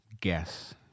guess